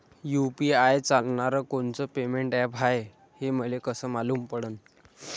UPI चालणारं कोनचं payment app हाय, हे मले कस मालूम पडन?